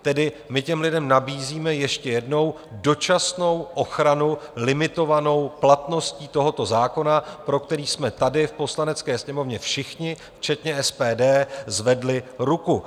Tedy my těm lidem nabízíme ještě jednou dočasnou ochranu limitovanou platností tohoto zákona, pro který jsme tady v Poslanecké sněmovně všichni včetně SPD zvedli ruku.